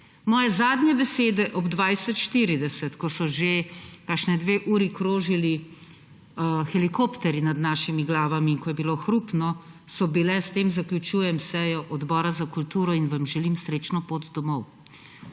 Moje zadnje besede ob 20.40, ko so že kakšni dve uri krožili helikopterji nad našimi glavami in ko je bilo hrupno, so bile: »S tem zaključujem sejo Odbora za kulturo in vam želim srečno pot domov.«